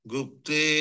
Gupte